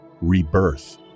rebirth